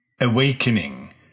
Awakening